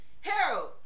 harold